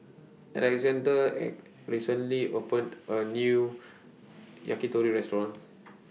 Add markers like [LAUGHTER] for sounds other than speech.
Alexa [NOISE] recently opened A New Yakitori Restaurant